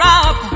up